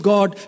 God